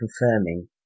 confirming